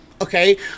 Okay